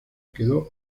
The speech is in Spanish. quedó